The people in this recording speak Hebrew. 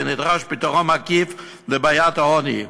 ונדרש פתרון מקיף לבעיית העוני.